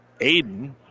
Aiden